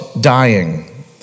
dying